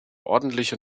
ordentliche